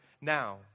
now